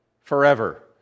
forever